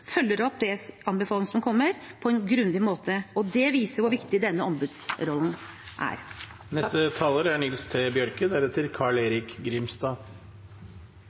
følger opp anbefalingene som kommer, på en grundig måte. Det viser hvor viktig denne ombudsrollen er.